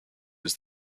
was